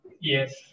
Yes